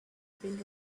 been